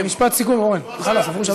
משפט סיכום, אורן.